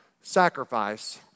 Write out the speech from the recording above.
Sacrifice